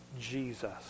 Jesus